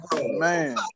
man